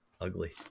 Ugly